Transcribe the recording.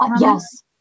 Yes